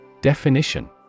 Definition